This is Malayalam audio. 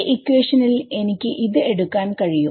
ഒരു ഇക്വേഷൻ ൽ എനിക്ക് എടുക്കാൻ കഴിയും